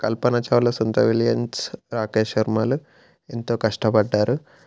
కల్పనా Chawla Sunita Williams Rakesh శర్మలు ఎంతో కష్టపడ్డారు